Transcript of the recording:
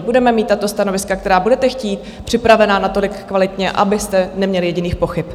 Budeme mít tato stanoviska, která budete chtít, připravená natolik kvalitně, abyste neměli jediných pochyb.